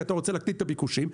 כי אתה רוצה להקטין את הביקושים.